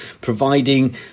providing